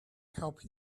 help